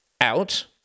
out